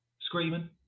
screaming